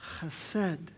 chesed